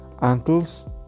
uncles